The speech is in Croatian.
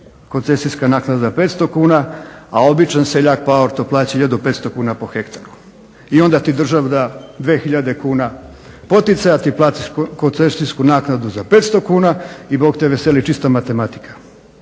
koncesijska naknada 500 kuna, a običan seljak plaća 1500 kuna po hektaru. I onda ti država da 2000 kuna poticaja, ti platiš koncesijsku naknadu za 500 kuna i Bog te veseli, čista matematika.